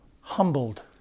humbled